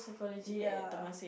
ya